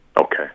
Okay